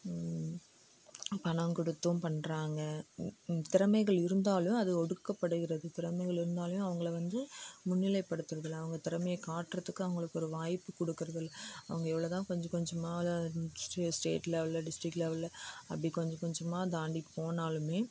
பணம் கொடுத்தும் பண்ணுறாங்க திறமைகள் இருந்தாலும் அது ஒடுக்கப்படுகிறது திறமைகள் இருந்தாலும் அவங்கள வந்து முன்னிலைப் படுத்துறதில்லை அவங்க திறமையை காட்டுறதுக்கு அவங்களுக்கு ஒரு வாய்ப்பு கொடுக்குறதில்ல அவங்க எவ்வளோதான் கொஞ்சம் கொஞ்சமாக ஸ்டேட் லெவலில் டிஸ்டிக் லெவலில் அப்படி கொஞ்சம் கொஞ்சமாக தாண்டி போனாலுமே